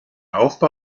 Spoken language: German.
aufbau